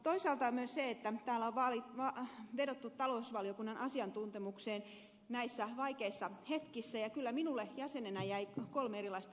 toisaalta täällä on vedottu talousvaliokunnan asiantuntemukseen näissä vaikeissa hetkissä ja kyllä minulle jäsenenä jäi kolme erilaista vaikutelmaa